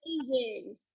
Amazing